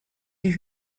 die